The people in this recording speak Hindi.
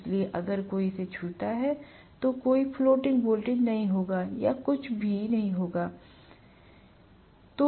इसलिए अगर कोई इसे छूता है तो कोई फ्लोटिंग वोल्टेज नहीं होगा या कहीं भी कुछ भी नहीं आ रहा होगा